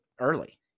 early